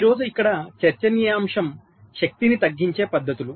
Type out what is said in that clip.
ఈ రోజు ఇక్కడ చర్చనీయాంశం శక్తిని తగ్గించే పద్ధతులు